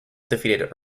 defeated